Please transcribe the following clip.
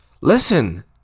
listen